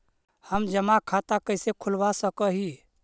हम जमा खाता कैसे खुलवा सक ही?